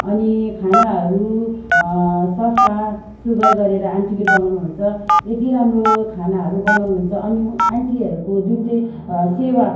अनि खानाहरू सफा सुग्घर गरेर आन्टीले बनाउनुहुन्छ यति राम्रो खानाहरू बनाउनुहुन्छ अनि आन्टीहरूको जुन चाहिँ सेवा